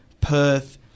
Perth